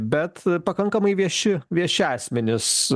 bet pakankamai vieši vieši asmenys